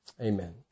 Amen